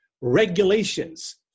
regulations